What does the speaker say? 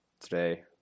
today